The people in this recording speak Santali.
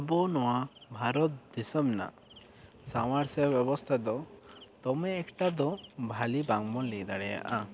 ᱟᱵᱚ ᱱᱚᱣᱟ ᱵᱷᱟᱨᱚᱛ ᱫᱤᱥᱚᱢ ᱨᱮᱱᱟᱜ ᱥᱟᱶᱟᱨ ᱥᱮ ᱵᱮᱵᱚᱥᱛᱷᱟ ᱫᱚ ᱫᱚᱢᱮ ᱮᱠᱥᱴᱟ ᱫᱚ ᱵᱷᱟᱹᱞᱤ ᱵᱟᱝ ᱵᱚᱱ ᱞᱟᱹᱭ ᱫᱟᱲᱮᱭᱟᱜᱼᱟ